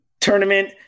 tournament